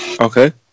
Okay